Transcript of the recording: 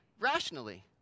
rationally